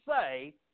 say